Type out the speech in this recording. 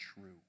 true